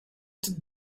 that